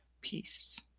Peace